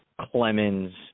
Clemens